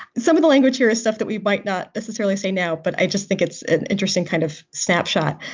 some of the language, your stuff that we might not necessarily say now, but i just think it's an interesting kind of snapshot.